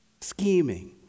scheming